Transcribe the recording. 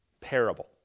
parable